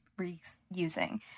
reusing